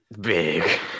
Big